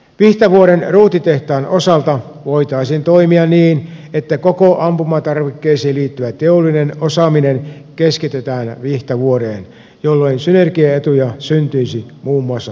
vihtavuoren ruutitehtaan osalta voitaisiin toimia niin että koko ampumatarvikkeisiin liittyvä teollinen osaaminen keskitettäisiin vihtavuoreen jolloin synergiaetuja syntyisi muun muassa hallinnosta